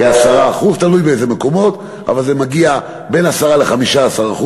כ-10%, תלוי באיזה מקומות, אבל זה בין 10% ל-15%.